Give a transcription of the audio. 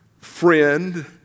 friend